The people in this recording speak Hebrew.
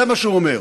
זה מה שהוא אומר.